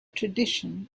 tradition